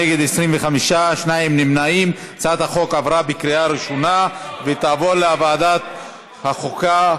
ההצעה להעביר לוועדת החוקה,